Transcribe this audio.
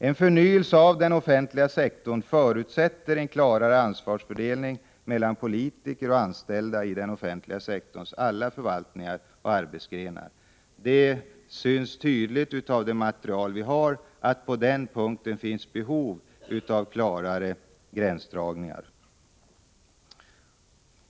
En förnyelse av den offentliga sektorn förutsätter en klarare ansvarsfördelning mellan politiker och de anställda i den offentliga sektorns alla förvaltningar och arbetsgrenar. Det syns tydligt av det material vi har att det på den punkten finns behov av en klarare gränsdragning.